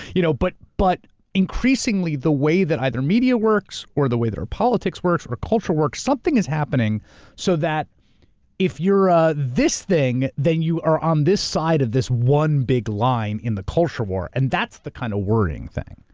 you know but but increasingly the way that either media works or the way that our politics works or our culture works, something is happening so that if you're a this thing then you are on this side of this one big line in the culture war, and that's the kind of wording thing.